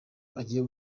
ugiye